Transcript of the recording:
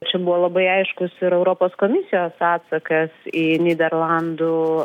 čia buvo labai aiškus ir europos komisijos atsakas į nyderlandų